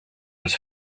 els